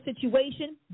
situation